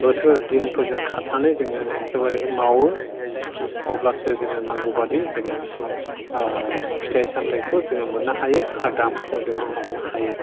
बोथोर दिनफोरजों खारनानै जोङो एखेबारे मावो अब्लासो जोङो नांगौबादि जोङो फिथाइ सामथायखौ जोङो मोननो हायो आरो दामखौ जोङो हमनो हायो